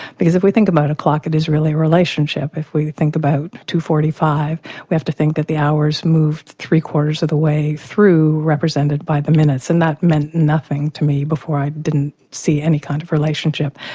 because if we think about a clock it is really a relationship if we think about two. forty five we have to think that the hours moved three quarters of the way through represented by the minutes and that meant nothing to me before, i didn't see any kind of relationship.